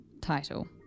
title